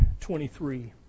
23